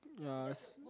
ya